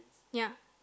ya